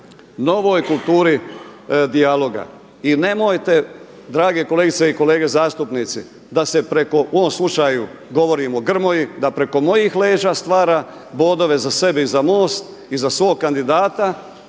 novoj kulturi dijaloga i nemojte drage kolegice i kolege zastupnici, da se preko u ovom slučaju govorim o Grmoji, da preko mojih leđa stvara bodove za sebe i za MOST i za svog kandidata,